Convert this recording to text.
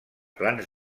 plans